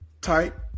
type